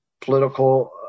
political